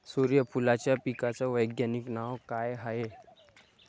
सुर्यफूलाच्या पिकाचं वैज्ञानिक नाव काय हाये?